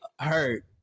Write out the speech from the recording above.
hurt